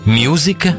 music